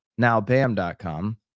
nowbam.com